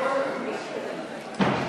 מוסר תשלומים),